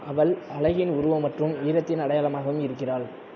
அவள் அழகின் உருவம் மற்றும் வீரத்தின் அடையாளமாகவும் இருக்கிறாள்